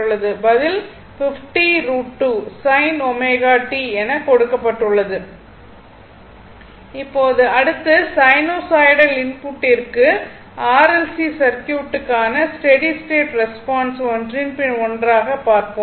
பதில் 50 √ 2 sin ω t என கொடுக்கப்பட்டுள்ளது இப்போது அடுத்து சைனூசாய்டல் இன்புட்டிற்கு ஆர் எல் சி சர்க்யூட்டுக்கான ஸ்டெடி ஸ்டேட் ரெஸ்பான்ஸ் ஒன்றின் பின் ஒன்றாக பார்ப்போம்